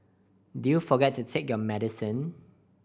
did you forget to take your medicine